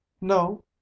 no